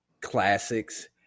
classics